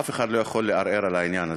אף אחד לא יכול לערער על העניין הזה,